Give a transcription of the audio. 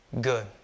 good